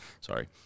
Sorry